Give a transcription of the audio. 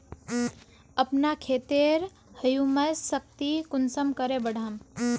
अपना खेतेर ह्यूमस शक्ति कुंसम करे बढ़ाम?